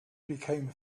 became